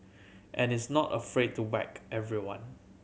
and is not afraid to whack everyone